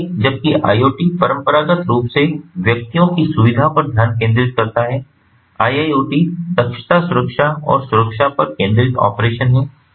इसलिए जबकि IoT परंपरागत रूप से व्यक्तियों की सुविधा पर ध्यान केंद्रित करता है IIoT दक्षता सुरक्षा और सुरक्षा पर केंद्रित ऑपरेशन है